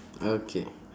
okay